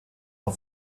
and